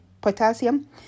potassium